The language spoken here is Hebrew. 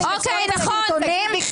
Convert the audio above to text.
לראות את הסרטונים.